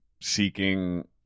seeking